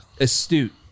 astute